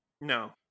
No